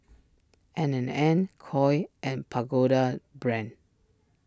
N and N Koi and Pagoda Brand